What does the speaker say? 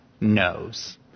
knows